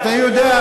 אתה לא יודע.